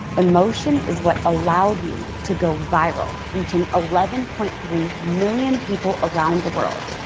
emotion is what allowed me to go viral, reaching eleven point three million people around the world,